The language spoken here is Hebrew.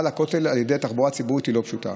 לכותל על ידי תחבורה ציבורית היא לא פשוטה.